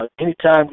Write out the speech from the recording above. anytime